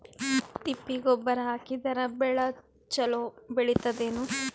ತಿಪ್ಪಿ ಗೊಬ್ಬರ ಹಾಕಿದರ ಬೆಳ ಚಲೋ ಬೆಳಿತದೇನು?